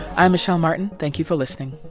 i'm michel martin. thank you for listening